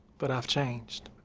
but i've changed.